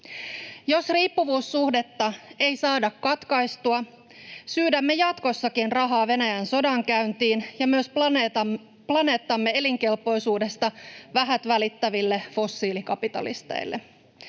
Jos riippuvuussuhdetta ei saada katkaistua, syydämme jatkossakin rahaa Venäjän sodankäyntiin ja myös planeettamme elinkelpoisuudesta vähät välittäville fossiilikapitalisteille.